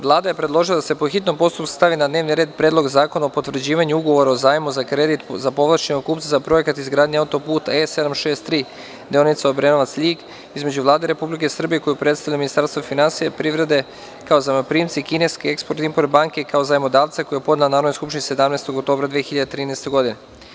Vlada je predložila da se po hitnom postupku stavi na dnevni red Predlog zakona o potvrđivanju ugovora o zajmu za kredit za povlašćenog kupca za projekat izgradnje auto-puta E763 deonica Obrenovac-Ljig izmelju Vlade Republike Srbije, koju predstavlja Ministarstvo finansija i privrede kao zajmoprimce i kineske „Eksport-import banke“ kao zajmodavca koju je podnela Narodnoj skupštini 17. oktobra 2013. godine.